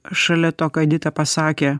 šalia to ką edita pasakė